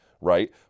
right